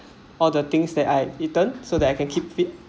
all the things that I've eaten so that I can keep fit